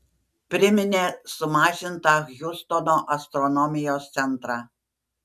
priminė sumažintą hjustono astronomijos centrą